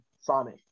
Sonic